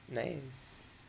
nice